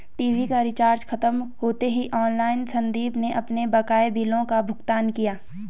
TV का recharge खत्म होते ही ऑनलाइन संदीप ने अपने बकाया बिलों का भुगतान किया